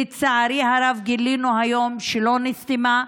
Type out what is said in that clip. לצערי הרב, גילינו היום שלא נסתמה,